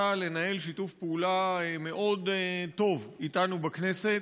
לנהל שיתוף פעולה מאוד טוב איתנו בכנסת,